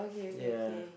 ya